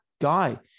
guy